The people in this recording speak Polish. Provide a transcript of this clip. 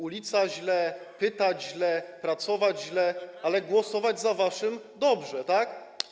Ulica - źle, pytać - źle, pracować - źle, ale głosować za waszym - dobrze, tak?